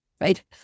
right